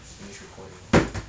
finish recording lor